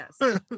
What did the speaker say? Yes